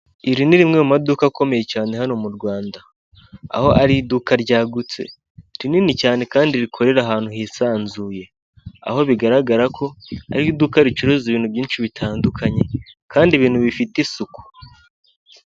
Amatara yaka cyane ndetse n'ikiraro kinyuraho imodoka, hasi no hejuru kiri mu mujyi wa Kigali muri nyanza ya kicukiro ndetse yanditseho, icyapa k'icyatsi kiriho amagambo Kigali eyapoti